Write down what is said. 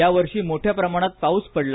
यावर्षी मोठ्या प्रमाणात पाऊस पडला